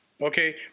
Okay